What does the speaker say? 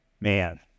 man